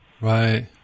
Right